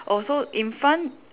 oh so in front